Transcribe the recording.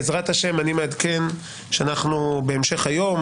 בעזרת השם אני מעדכן שאנחנו בהמשך היום,